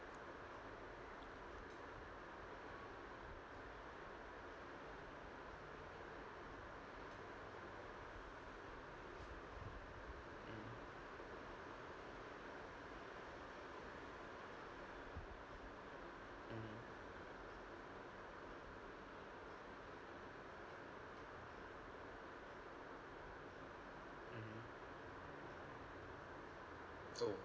mm mmhmm oh